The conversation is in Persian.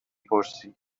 پرسی